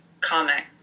comic